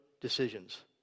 decisions